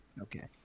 Okay